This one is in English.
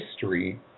history